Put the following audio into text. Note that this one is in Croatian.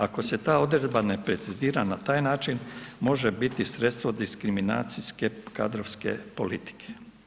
Ako se ta odredba ne precizira na taj način, može biti sredstvo diskriminacijske, kadrovske politike.